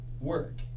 work